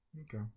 Okay